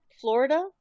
Florida